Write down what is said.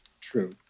True